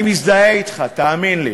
אני מזדהה אתך, תאמין לי.